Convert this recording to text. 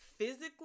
physically